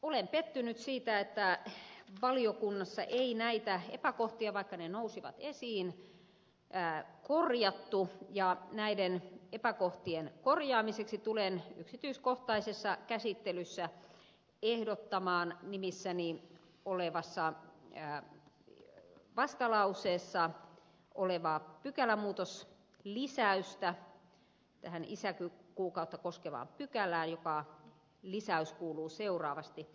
olen pettynyt siitä että valiokunnassa ei näitä epäkohtia vaikka ne nousivat esiin korjattu ja näiden epäkohtien korjaamiseksi tulen yksityiskohtaisessa käsittelyssä ehdottamaan nimissäni olevassa vastalauseessa olevaa pykälämuutoslisäystä tähän isäkuukautta koskevaan pykälään joka lisäys kuuluu seuraavasti